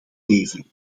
leveren